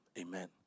Amen